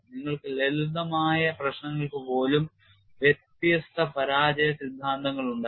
നിങ്ങൾക്ക് ലളിതമായ പ്രശ്നങ്ങൾക്ക് പോലും വ്യത്യസ്ത പരാജയ സിദ്ധാന്തങ്ങൾ ഉണ്ടായിരുന്നു